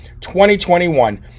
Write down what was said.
2021